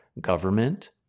government